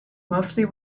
mostly